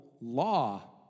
law